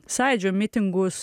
sąjūdžio mitingus